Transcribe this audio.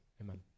Amen